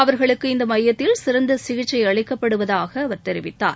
அவர்களுக்கு இந்த மையத்தில் சிறந்த சிகிச்சை அளிக்கப்படுவதாக தெரிவித்தார்